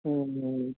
ਹਾਂਜੀ ਹਾਂਜੀ